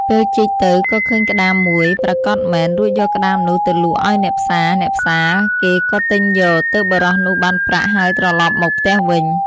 ពេលជីកទៅក៏ឃើញក្ដាមមួយប្រាកដមែន រួចយកក្ដាមនោះទៅលក់ឲ្យអ្នកផ្សារៗគេក៏ទិញយក ទើបបុរសនោះបានប្រាក់ហើយត្រឡប់មកផ្ទះវិញ ។